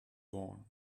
born